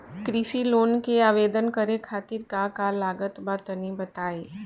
कृषि लोन के आवेदन करे खातिर का का लागत बा तनि बताई?